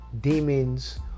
demons